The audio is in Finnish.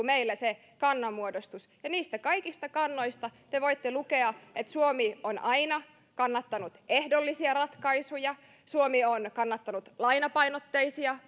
meillä se kannanmuodostus niistä kaikista kannoista te voitte lukea että suomi on aina kannattanut ehdollisia ratkaisuja suomi on kannattanut lainapainotteisia